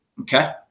Okay